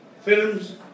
films